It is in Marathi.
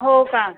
हो का